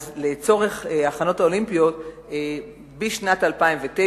לצורך ההכנות האולימפיות בשנת 2009,